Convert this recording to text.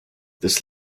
this